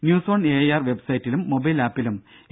news on A I R വെബ്സൈറ്റിലും mobile ആപ്പിലും A